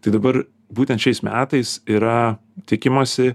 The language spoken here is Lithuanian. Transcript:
tai dabar būtent šiais metais yra tikimasi